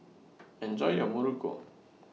Enjoy your Muruku